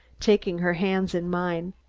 taking her hands in mine.